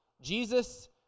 Jesus